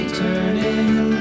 turning